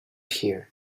here